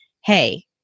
Hey